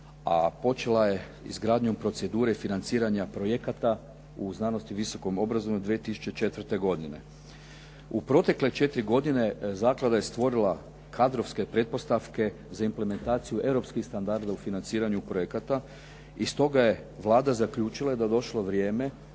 a počela je izgradnjom procedure financiranja projekata u znanosti i visokom obrazovanju 2004. godine. U protekle četiri godine zaklada je stvorila kadrovske pretpostavke za implementaciju europskih standarda u financiranju projekata i stoga je Vlada zaključila da je došlo vrijeme